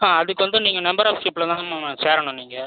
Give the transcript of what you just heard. ஆ அதுக்கு வந்து நீங்கள் மெம்பர் ஆஃப் ஷிப்பில் தாம்மா சேரணும் நீங்கள்